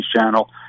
channel